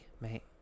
mate